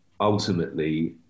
ultimately